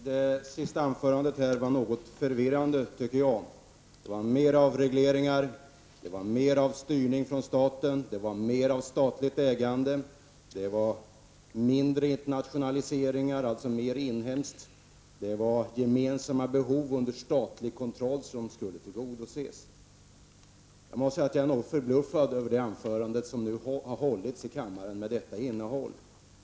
Herr talman! Det senaste anförandet var något förvirrande, tycker jag. Det krävdes mer avreglering, mer styrning från staten, mer statligt ägande och mindre internationalisering, alltså mer inhemskt. Det var gemensamma behov under statlig kontroll som skulle tillgodoses. Jag måste säga att jag är något förbluffad över det anförande som nu har hållits i denna kammare med detta innehåll.